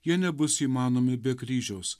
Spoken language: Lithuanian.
jie nebus įmanomi be kryžiaus